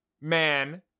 man